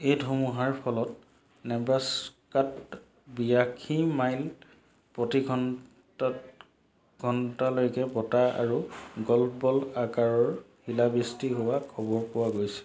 এই ধুমুহাৰ ফলত নেব্ৰাস্কাত বিৰাশী মাইল প্ৰতি ঘন্টাত ঘণ্টালৈকে বতাহ আৰু গল্ফ বল আকাৰৰ শিলাবৃষ্টি হোৱাৰ খবৰ পোৱা গৈছিল